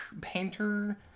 painter